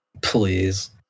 Please